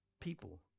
People